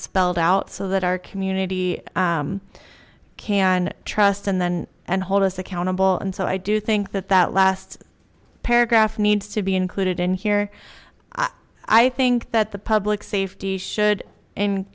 spelled out so that our community can trust and then and hold us accountable and so i do think that that last paragraph needs to be included in here i think that the public safety should and